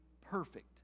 perfect